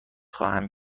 خواهم